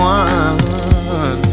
one